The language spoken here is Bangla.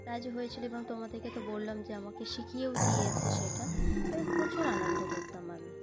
রাজি হয়েছিল এবং তোমাদেরকে তো বললাম যে আমাকে শিখিয়েও দিয়েছে সেটা এবং প্রচুর আনন্দ করতাম আমি